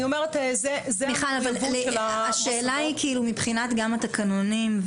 מיכל, השאלה היא גם מבחינת התקנונים.